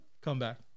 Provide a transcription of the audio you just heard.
comeback